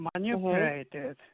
manipulated